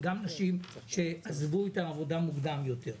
וגם נשים שעזבו את העבודה מוקדם יותר.